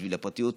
בשביל הפרטיות,